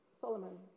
Solomon